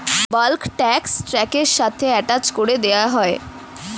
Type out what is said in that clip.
bulk tank ট্র্যাক্টরের সাথে attach করে দেওয়া হয়